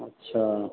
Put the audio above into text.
अच्छा